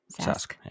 Sask